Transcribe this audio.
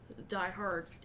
diehard